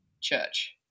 church